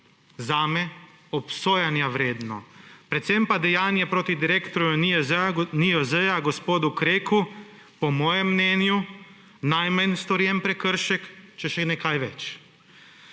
zame obsojanja vredno. Predvsem pa je dejanje proti direktorju NIJZ gospodu Kreku po mojem mnenju najmanj storjeni prekršek, če ne še kaj več.